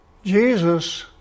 Jesus